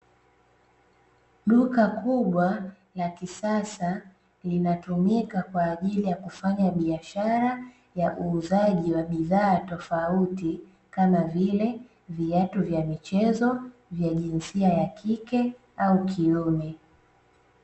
Duka kubwa la kisasa linatumika kwa ajili ya kufanya biashara ya uuzaji wa bidhaa tofauti kama vile viatu vya michezo vya jinsia ya kike au kiume.